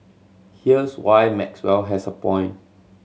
here's why Maxwell has a point